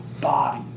body